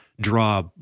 draw